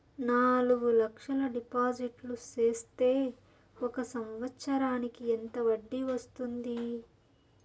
నాలుగు లక్షల డిపాజిట్లు సేస్తే ఒక సంవత్సరానికి ఎంత వడ్డీ వస్తుంది?